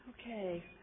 Okay